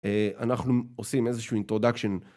אנחנו עושים איזשהו introduction.